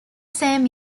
same